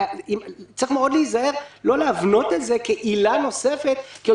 צריך מאוד להיזהר לא להבנות את זה כעילה נוספת כי עוד